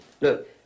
Look